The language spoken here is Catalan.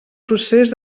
procés